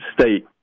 state